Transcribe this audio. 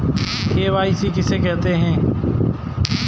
KYC किसे कहते हैं बताएँ?